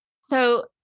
So-